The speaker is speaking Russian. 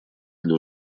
для